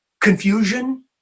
confusion